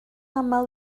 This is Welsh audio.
aml